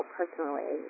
personally